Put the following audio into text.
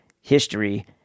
history